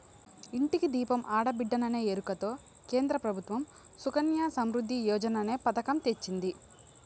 ఇంటికి దీపం ఆడబిడ్డేననే ఎరుకతో కేంద్ర ప్రభుత్వం సుకన్య సమృద్ధి యోజననే పతకం తెచ్చింది